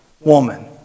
woman